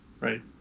Right